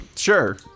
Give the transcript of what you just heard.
Sure